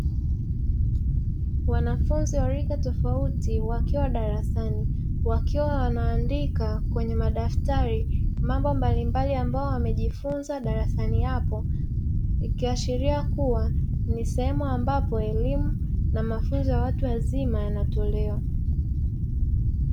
Wanafunzi wa rika tofauti, wakiwa darasani. Wakiwa wanaandika kwenye madaftari, mambo mbalimbali, ambao wamejifunza darasani hapo, ikiashiria kuwa ni sehemu ambapo, elimu na mafunzo ya watu wazima yanatolewa.